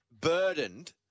burdened